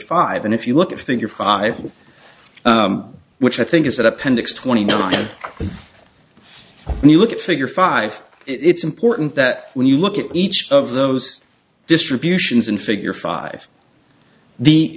five and if you look at thing your five which i think is that appendix twenty nine and you look at figure five it's important that when you look at each of those distributions and figure five the